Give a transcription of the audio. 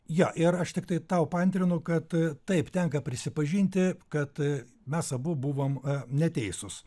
jo ir aš tiktai tau paantrinu kad taip tenka prisipažinti kad mes abu buvom neteisūs